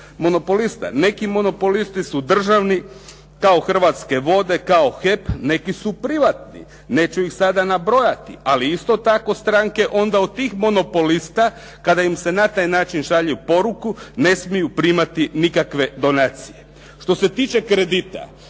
monopoliste. Neki monopolisti su državni, kao Hrvatske vode, kao HEP, neki su privatni. Neću ih sada nabrojati, ali isto tako stranke onda od tih monopolista, kada im se na taj način šalju poruke, ne smiju primati nikakve donacije. Što se tiče kredite,